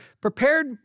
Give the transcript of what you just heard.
prepared